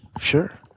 Sure